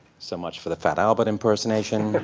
so much for the fat albert impersonation.